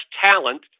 talent